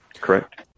correct